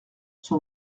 son